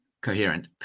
coherent